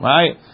Right